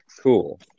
Cool